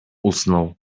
usnął